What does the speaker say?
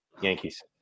Yankees